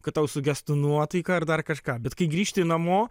kad tau sugestų nuotaika ar dar kažką bet kai grįžti namo